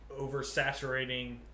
oversaturating